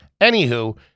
anywho